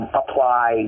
apply